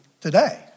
today